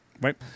right